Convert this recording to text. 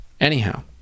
Anyhow